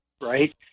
right